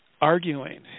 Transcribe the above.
arguing